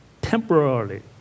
temporarily